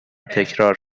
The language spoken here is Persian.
تکرار